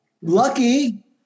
Lucky